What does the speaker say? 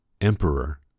emperor